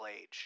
age